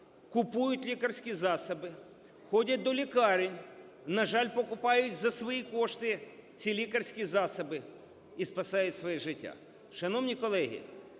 купують лікарські засоби, ходять до лікарень, на жаль, купують за свої кошти ці лікарські засоби і спасають своє життя. Шановні колеги,